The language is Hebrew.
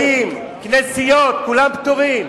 מסגדים, כנסיות, כולם פטורים.